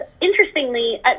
interestingly